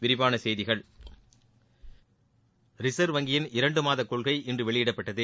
விரிவான செய்திகள் ரிசர்வ் வங்கியின் இரண்டு மாத கொள்கை இன்று வெளியிடப்பட்டது